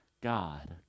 God